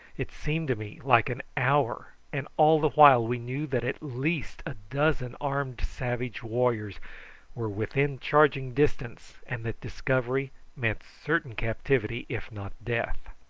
it seemed to me like an hour, and all the while we knew that at least a dozen armed savage warriors were within charging distance, and that discovery meant certain captivity, if not death.